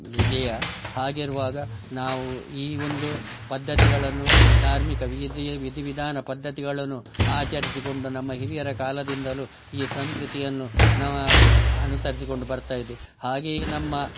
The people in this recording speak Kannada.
ಹಾಗಿರುವಾಗ ನಾವು ಈ ಒಂದು ಪದ್ದತಿಗಳನ್ನು ಧಾರ್ಮಿಕ ವಿಧಿಯ ವಿಧಿ ವಿಧಾನ ಪದ್ದತಿಗಳನ್ನು ಆಚರಿಸಿಕೊಂಡು ನಮ್ಮ ಹಿರಿಯರ ಕಾಲದಿಂದಲೂ ಈ ಸಂಸ್ಕೃತಿಯನ್ನು ನಾ ಅನುಸರಿಸಿಕೊಂಡು ಬರ್ತಾ ಇದೆ ಹಾಗೆಯೇ ನಮ್ಮ